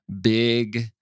big